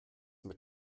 mit